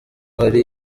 hari